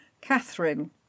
Catherine